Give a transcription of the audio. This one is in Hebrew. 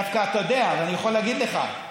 דווקא אני יכול להגיד לך,